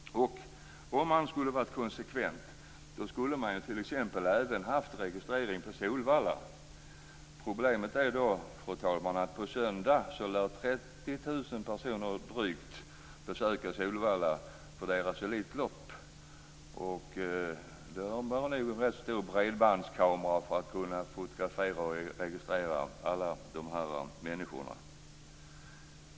Om man hade varit konsekvent hade man t.ex. även haft registrering på Solvalla. Problemet är, fru talman, att drygt 30 000 personer lär besöka Solvalla för att se Elitloppet på söndag. Man behöver nog en rätt stor bredbandskamera för att kunna fotografera och registrera alla dessa människor.